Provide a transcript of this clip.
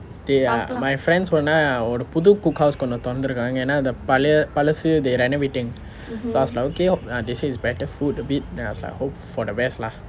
teh ah my friends சொன்னா ஒரு புது:sonnaa oru puthu cookhouse ஒன்னு திறந்திருக்காங்க ஏனா அந்த பழைய பழசு:onnu thiranthirukkaangae antha palaya palasu they renovating so I was like okay there say it's better food a bit then I was like hope for the best lah